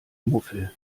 irgendwie